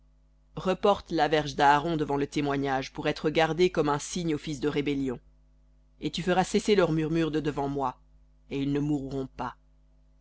reporte la verge d'aaron devant le témoignage pour être gardée comme un signe aux fils de rébellion et tu feras cesser leurs murmures de devant moi et ils ne mourront pas